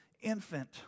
infant